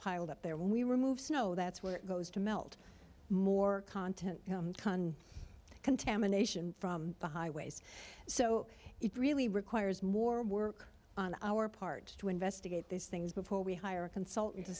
piled up there we removed snow that's where it goes to melt more content contamination from the highways so it really requires more work on our part to investigate these things before we hire a consultant